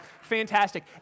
Fantastic